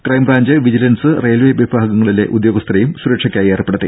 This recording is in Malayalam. ക്രൈംബ്രാഞ്ച് വിജിലൻസ് റെയിൽവേ വിഭാഗങ്ങളിലെ ഉദ്യോഗസ്ഥരെയും സുരക്ഷക്കായി ഏർപ്പെടുത്തി